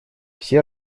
все